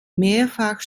mehrfach